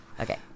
Okay